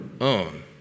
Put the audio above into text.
own